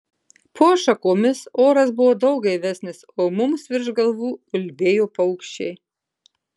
po šakomis oras buvo daug gaivesnis o mums virš galvų ulbėjo paukščiai